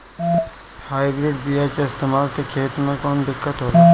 Hybrid बीया के इस्तेमाल से खेत में कौन दिकत होलाऽ?